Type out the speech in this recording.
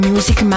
Music